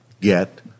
Get